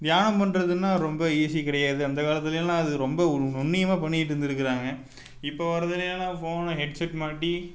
தியானம் பண்றதுனால் ரொம்ப ஈசி கிடையாது அந்த காலத்துலேலாம் அது ரொம்ப ஒரு நுண்ணியமாக பண்ணிட்டு இருந்துருக்கிறாங்க இப்போ வர்றதில் எல்லாம் ஃபோனில் ஹெட்செட் மாட்டி